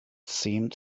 seemed